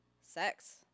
sex